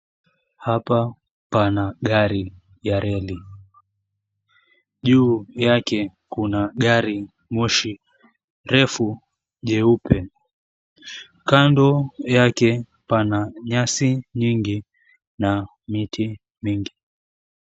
Hapa pana gari ya reli. Juu yake, kuna gari moshi refu jeupe. Kando yake, pana nyasi nyingi na miti mingi.